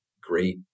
great